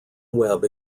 web